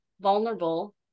vulnerable